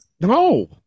No